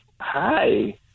Hi